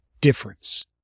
difference